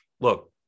look